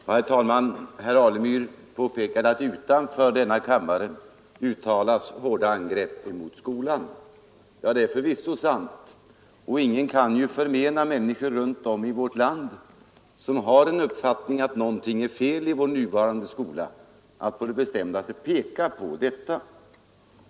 Onsdagen den Herr talman! Herr Alemyr påpekade att det utanför denna kammare 29 november 1972 görs hårda angrepp mot skolan, Det är förvisso sant. Ingen kan förmena Porr RESER de människor runt om i vårt land som har uppfattningen att någonting är Läroplanerna för fel i vår nuvarande skola att på det bestämdaste påpeka detta.